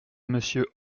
monsieur